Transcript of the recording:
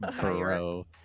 bro